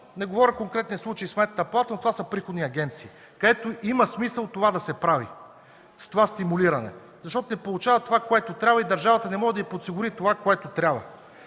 не говоря в конкретния случай за Сметната палата, приходни агенции, където има смисъл да се прави това стимулиране. Защото се получава това, което трябва, и държавата не може да подсигури това, което трябва.